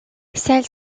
celle